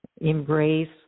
embrace